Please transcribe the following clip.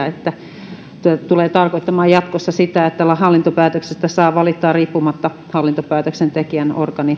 että tämä tulee tarkoittamaan jatkossa sitä että hallintopäätöksestä saa valittaa riippumatta hallintopäätöksen tekijän organisatorisesta